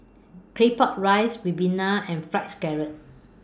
Claypot Rice Ribena and Fried Scallop